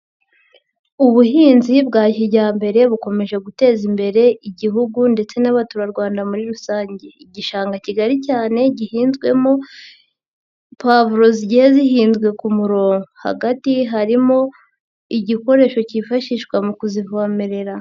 Ubuhinzi bwa kijyambere bukomeje guteza imbere Igihugu ndetse n'Abaturarwanda muri rusange, igishanga kigari cyane gihinzwemo pavuro zigiye zihinzwe ku murongo, hagati harimo igikoresho kifashishwa mu kuzivomerera.